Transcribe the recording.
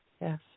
Yes